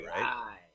right